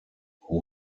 who